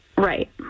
Right